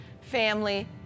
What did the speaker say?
family